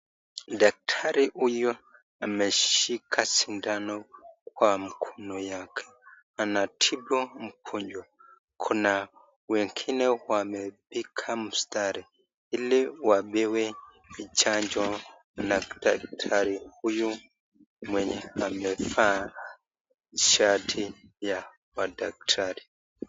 Daktari huyu ameshika sindano kwa mokono yake anatibu mgonjwa kuna wengine wamepiga mstari ili wapewe michango na daktari huyu mwenye amevaa shati ya wadaktari